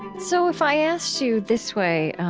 so if i asked you this way